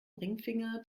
ringfinger